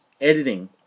editing